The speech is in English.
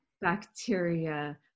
bacteria